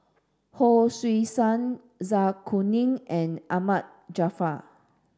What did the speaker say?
Hon Sui Sen Zai Kuning and Ahmad Jaafar